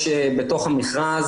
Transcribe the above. יש בתוך המכרז,